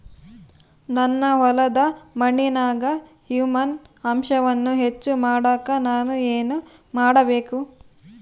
ನನ್ನ ಹೊಲದ ಮಣ್ಣಿನಾಗ ಹ್ಯೂಮಸ್ ಅಂಶವನ್ನ ಹೆಚ್ಚು ಮಾಡಾಕ ನಾನು ಏನು ಮಾಡಬೇಕು?